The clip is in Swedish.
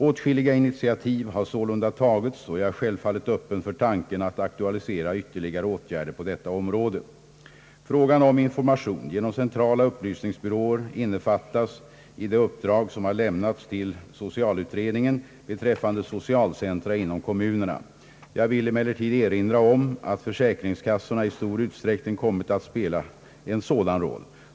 Åtskilliga initiativ har sålunda tagits, och jag är självfallet öppen för tanken att aktualisera ytterligare åtgärder på detta område. uppdrag som har lämnats till socialutredningen beträffande socialcentra inom kommunerna. Jag vill emellertid erinra om att försäkringskassorna i stor utsträckning kommit att spela en sådan roll.